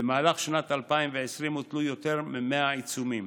במהלך שנת 2020 הוטלו יותר מ-100 עיצומים.